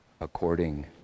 according